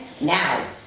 Now